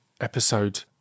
episode